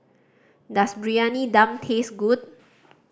does Briyani Dum taste good